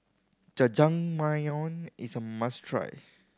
Jajangmyeon is a must try